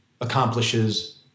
accomplishes